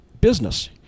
business